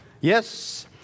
Yes